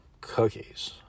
cookies